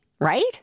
right